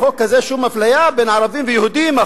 אין בחוק הזה שום אפליה בין ערבים ליהודים.